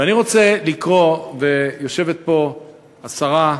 ואני רוצה לקרוא, ויושבת פה השרה,